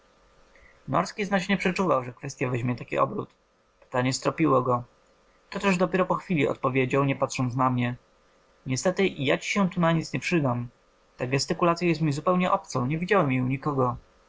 norski znać nie przeczuwał że kwestya weźmie taki obrót pytanie stropiło go to też dopiero po chwili odpowiedział nie patrząc na mnie niestety ja ci się tu na nic nie przydam ta gestykulacya jest mi zupełnie obcą nie widziałem jej u nikogo